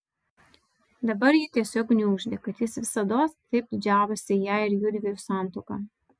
dabar jį tiesiog gniuždė kad jis visados taip didžiavosi ja ir jųdviejų santuoka